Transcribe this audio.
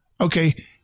Okay